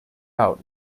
out